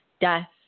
death